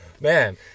Man